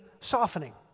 softening